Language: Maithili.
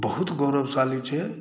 बहुत गौरवशाली छै